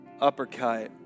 uppercut